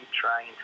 trying